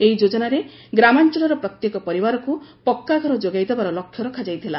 ଏହି ଯୋଜନାରେ ଗ୍ରାମାଞ୍ଚଳର ପ୍ରତ୍ୟେକ ପରିବାରକୁ ପକ୍କା ଘର ଯୋଗାଇଦେବାର ଲକ୍ଷ୍ୟ ରଖାଯାଇଥିଲା